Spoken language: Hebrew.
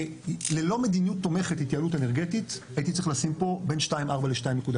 ללא מדיניות תומכת התייעלות אנרגטית הייתי צריך לשים פה בין 2.4%-2.8%,